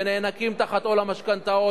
שנאנקים תחת עול המשכנתאות,